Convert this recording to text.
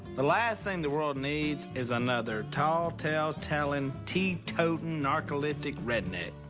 the last thing the world needs is another tall tale-telling, tea-tooting, narcoleptic redneck.